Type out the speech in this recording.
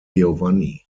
giovanni